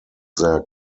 their